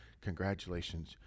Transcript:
congratulations